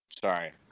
Sorry